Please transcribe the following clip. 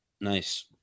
Nice